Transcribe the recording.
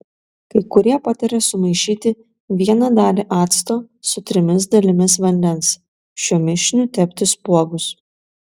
kai kurie pataria sumaišyti vieną dalį acto su trimis dalimis vandens šiuo mišiniu tepti spuogus